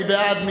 מי בעד?